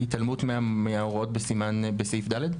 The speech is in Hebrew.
התעלמות מההוראות בסעיף ד?